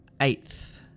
Eighth